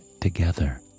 together